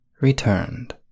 returned